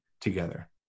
together